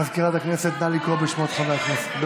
מזכירת הכנסת, נא לקרוא בשמות חברי הכנסת.